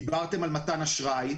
דיברתם על מתן אשראי,